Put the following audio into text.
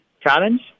challenge